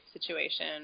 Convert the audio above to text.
situation